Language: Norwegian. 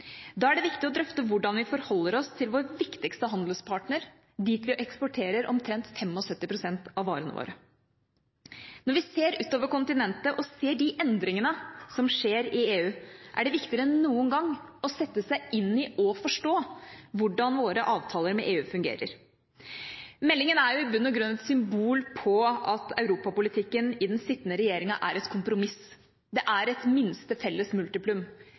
Da er det viktig å drøfte hvordan vi forholder oss til vår viktigste handelspartner – dit vi eksporterer omtrent 75 pst. av varene våre. Når vi ser utover kontinentet og ser de endringene som skjer i EU, er det viktigere enn noen gang å sette seg inn i og forstå hvordan våre avtaler med EU fungerer. Meldingen er i bunn og grunn et symbol på at europapolitikken i den sittende regjeringa er et kompromiss. Den er et minste felles multiplum.